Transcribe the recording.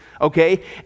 okay